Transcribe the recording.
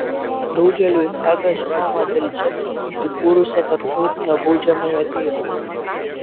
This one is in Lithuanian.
daugeliui haga žinoma dėl čia įsikūrusio tarptautinio baudžiamojo teismo